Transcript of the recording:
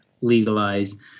legalize